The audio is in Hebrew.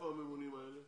איפה הממונים האלה?